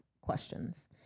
questions